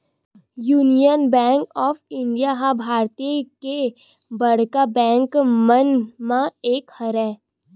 union Bank of India ह भारतीय के बड़का बेंक मन म एक हरय